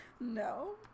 No